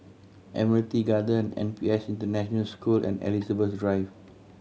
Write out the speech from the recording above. Admiralty Garden N P S International School and Elizabeth Drive